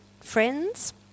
friends